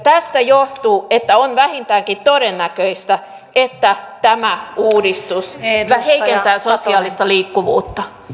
tästä johtuu että on vähintäänkin todennäköistä että tämä uudistus heikentää sosiaalista liikkuvuutta